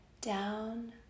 down